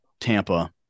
Tampa